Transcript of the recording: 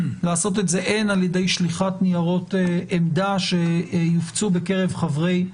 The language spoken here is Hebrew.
לעשות את זה הן על ידי שליחת ניירות עמדה שיופצו בקרב חברי הוועדה,